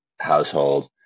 household